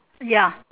ya